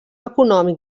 econòmic